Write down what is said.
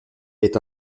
est